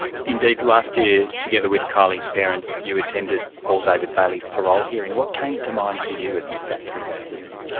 indeed last year, together with kylie's parents you attended paul david bailey's parole hearing. what came to mind for you as you sat through that hearing?